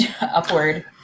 upward